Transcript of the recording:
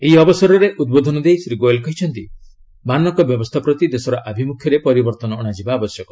ଏହି ଅବସରରେ ଉଦ୍ବୋଧନ ଦେଇ ଶ୍ରୀ ଗୋୟଲ୍ କହିଛନ୍ତି ମାନକ ବ୍ୟବସ୍ଥା ପ୍ରତି ଦେଶର ଆଭିମୁଖ୍ୟରେ ପରିବର୍ଭନ ଅଣାଯିବା ଆବଶ୍ୟକ